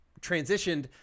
transitioned –